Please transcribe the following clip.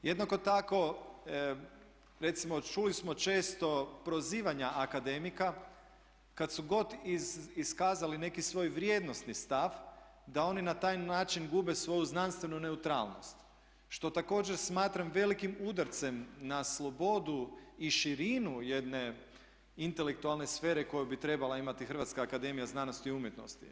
Jednako tako recimo čuli smo često prozivanja akademika kad su god iskazali neki svoj vrijednosni stav da oni na taj način gube svoju znanstvenu neutralnost što također smatram velikim udarcem na slobodu i širinu jedne intelektualne sfere koju bi trebala imati Hrvatska akademija znanosti i umjetnosti.